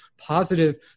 positive